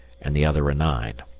and the other a nine.